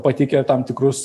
pateikia tam tikrus